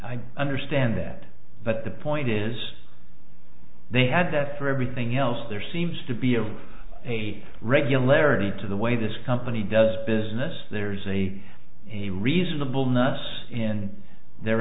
i understand that but the point is they had that for everything else there seems to be of a regularity to the way this company does business there's a a